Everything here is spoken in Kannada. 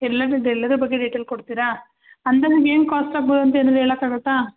ಎಲ್ಲದ್ರದ್ದು ಎಲ್ಲದ್ರದ್ದು ಬಗ್ಗೆ ಡಿಟೇಲ್ ಕೊಡ್ತೀರಾ ಅಂದರೆ ನಮ್ಗ ಏನು ಕಾಸ್ಟ್ ಆಗ್ಬೋದು ಏನಾದರು ಹೇಳಕಾಗತ್ತೆ